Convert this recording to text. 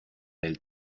del